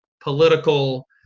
political